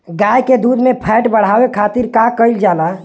गाय के दूध में फैट बढ़ावे खातिर का कइल जाला?